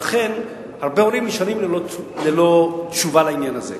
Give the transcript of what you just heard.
לכן הרבה הורים נשארים ללא תשובה לעניין הזה.